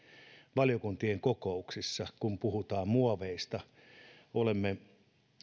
valiokuntien kokouksissa kun puhutaan muoveista niin olemme